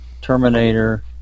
Terminator